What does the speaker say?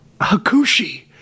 Hakushi